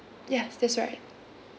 yes that's right